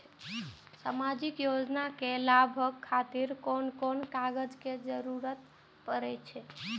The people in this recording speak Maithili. सामाजिक योजना के लाभक खातिर कोन कोन कागज के जरुरत परै छै?